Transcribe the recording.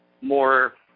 more